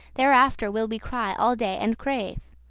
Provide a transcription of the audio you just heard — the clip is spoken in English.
thereafter will we cry all day and crave.